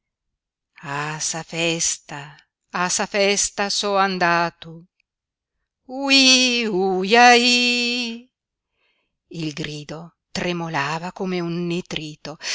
sa festa a sa festa so andatu uhí uhiahi il grido tremolava come un nitrito